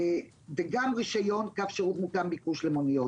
וגם רישיון קו שירות מותאם ביקוש למוניות